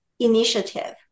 initiative